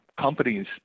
companies